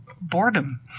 boredom